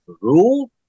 rule